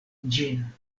ĝin